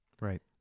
Right